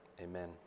Amen